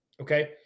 okay